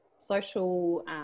Social